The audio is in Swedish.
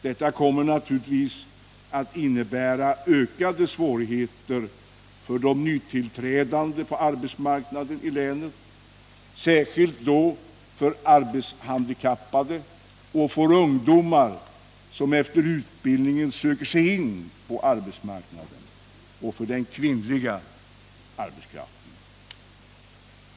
Detta kommer naturligtvis att innebära ökade svårigheter för de nytillträdande på arbetsmarknaden i länet, särskilt då för arbetshandikappade och för ungdomar, som efter utbildningen söker sig in på arbetsmarknaden, samt för den kvinnliga arbetskraften.